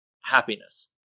happiness